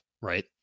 right